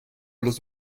los